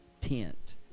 tent